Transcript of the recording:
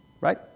Right